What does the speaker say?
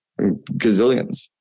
gazillions